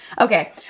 Okay